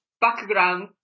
background